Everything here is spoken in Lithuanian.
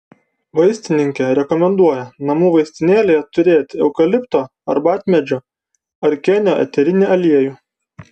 vaistininkė rekomenduoja namų vaistinėlėje turėti eukalipto arbatmedžio ar kėnio eterinį aliejų